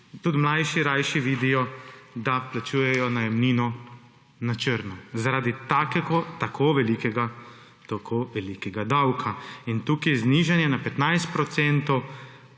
tudi mlajši rajši vidijo, da plačujejo najemnino na črno zaradi tako velikega davka. In tukaj je znižanje na 15